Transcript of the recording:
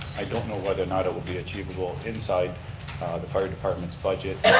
i don't know whether or not it would be achievable inside the fire department's budget.